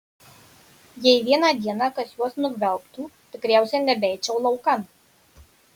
jei vieną dieną kas juos nugvelbtų tikriausiai nebeičiau laukan